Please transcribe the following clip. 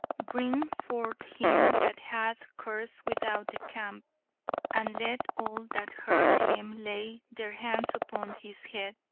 bring forth him that hath cursed without the camp and let all that heard him lay their hands upon his head,